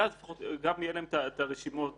ואין שום סיבה שהבנק לא יפחד לעבוד